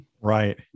Right